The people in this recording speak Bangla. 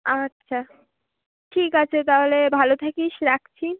আচ্ছা ঠিক আছে তাহলে ভালো থাকিস রাখছি